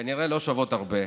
כנראה לא שוות הרבה,